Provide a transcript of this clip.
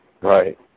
Right